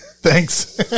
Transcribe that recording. Thanks